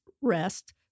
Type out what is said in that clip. rest